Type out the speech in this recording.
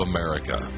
America